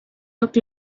looked